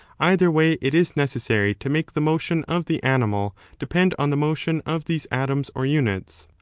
either way it is necessary to make the motion of the animal depend on the motion of these atoms or units.